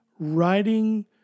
writing